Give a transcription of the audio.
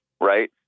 Right